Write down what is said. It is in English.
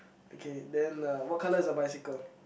okay then uh what colour is the bicycle